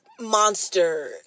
monster